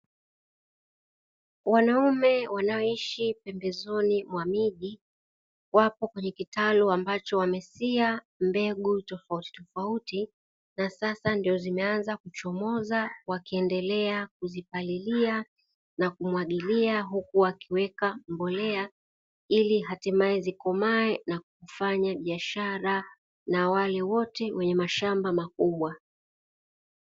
Wanaume wanaoishi pembezoni mwa miji wapo kwenye kitalu ambacho wamesia mbegu tofautitofauti, na saa ndio zimeanza kuchomoka wakiendelea kuzipalilia na kuzimwagilia, huku wakiweka mbolea ili hatimaye zikomae na kufanya biashara na wale wote wenye mashamba makubwa.